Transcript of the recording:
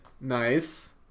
Nice